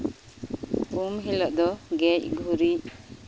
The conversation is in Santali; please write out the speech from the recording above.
ᱩᱱ ᱦᱤᱞᱳᱜ ᱫᱚ ᱜᱮᱡ ᱜᱩᱨᱤᱡ